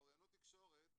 אוריינות תקשורת,